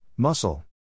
Muscle